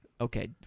Okay